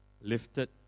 lifted